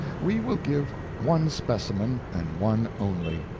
we will give one specimen, and one only.